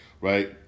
right